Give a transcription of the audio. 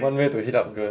one way to hit up girls